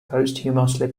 posthumously